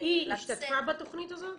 היא השתתפה בתוכנית הזאת?